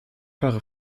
fahre